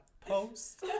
post